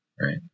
right